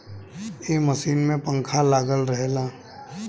ए machine में पंखा लागल रहेला